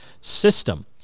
system